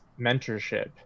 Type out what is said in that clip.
mentorship